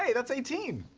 yeah that's eighteen!